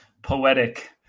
poetic